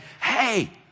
hey